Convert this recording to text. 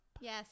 Yes